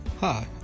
Hi